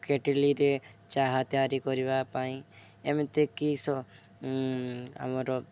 କେଟିଲରେ ଚାହା ତିଆରି କରିବା ପାଇଁ ଏମିତି କିସ ଆମର